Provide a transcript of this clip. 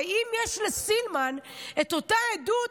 הרי אם יש לסילמן את אותה עדות,